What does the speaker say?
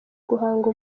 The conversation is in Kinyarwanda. guhanga